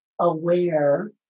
aware